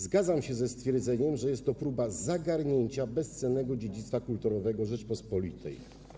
Zgadzam się ze stwierdzeniem, że jest to próba zagarnięcia bezcennego dziedzictwa kulturowego Rzeczpospolitej.